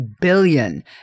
billion